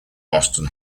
boston